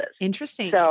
Interesting